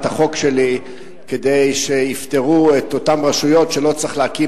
החוק שלי כדי שיִפטרו את אותן רשויות שלא צריך להקים